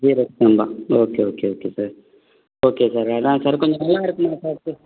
ஜீரக சம்பா okay okay okay sir okay sir அதான் சார் கொஞ்சம் நல்லா இருக்குமா சார் இது